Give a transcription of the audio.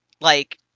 like-